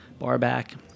barback